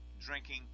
drinking